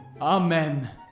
Amen